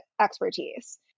expertise